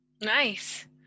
Nice